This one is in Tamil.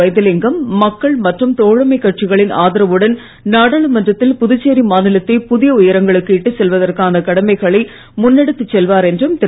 வைத்திலிங்கம் மக்கள் மற்றும் தோழமைக் கட்சிகளின் ஆதரவுடன் நாடாளுமன்றத்தில் புதுச்சேரி மாநிலத்தை புதிய உயரங்களுக்கு இட்டு செல்வதற்கான கடமைகளை றழுன்னேடுத்துச் செல்வார் என்றும் திரு